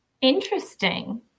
Interesting